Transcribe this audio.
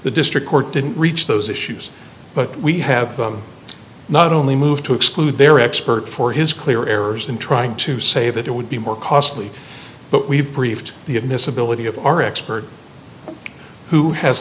the district court didn't reach those issues but we have not only moved to exclude their expert for his clear errors in trying to say that it would be more costly but we've briefed the admissibility of our expert who has